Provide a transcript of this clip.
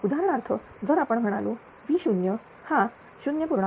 उदाहरणार्थ जर आपण म्हणालो V0 हा 0